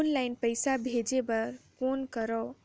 Online पईसा भेजे बर कौन करव?